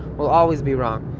we'll always be wrong.